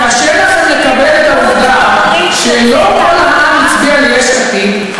קשה לכם ביש עתיד לקבל את העובדה שלא כל העם הצביע ליש עתיד.